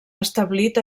establit